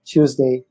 Tuesday